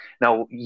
Now